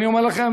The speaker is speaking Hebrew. אני אומר לכם,